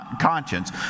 conscience